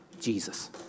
Jesus